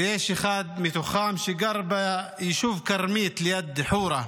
ויש אחד מתוכם שגר ביישוב כרמית ליד חורה,